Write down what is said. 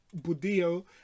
Budio